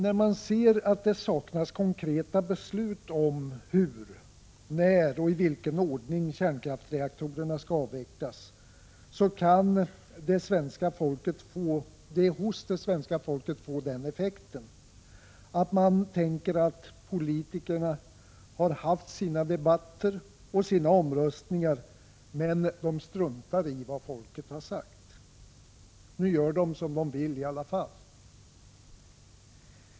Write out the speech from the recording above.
När man ser att det saknas konkreta beslut om hur, när och i vilken ordning kärnkraftsreaktorerna skall avvecklas så kan det hos det svenska folket få den effekten att man tänker att politikerna har haft sina debatter och sina omröstningar, men att de struntar i vad folket har sagt — nu gör de som de vill i alla fall.